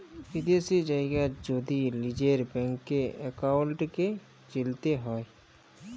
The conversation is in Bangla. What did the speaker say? বিদ্যাশি জায়গার যদি লিজের ব্যাংক একাউল্টকে চিলতে হ্যয়